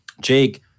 Jake